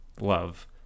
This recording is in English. love